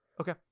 Okay